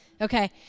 Okay